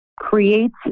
creates